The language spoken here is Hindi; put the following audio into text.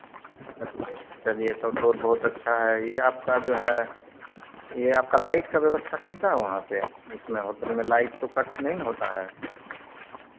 चलिए तब तो और बहुत अच्छा है ये आपका जो है ये आपका लाइट का व्यवस्था कैसा है वहाँ पर उसमें होटल में लाइट तो कट नहीं ना होता है